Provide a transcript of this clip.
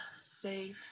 safe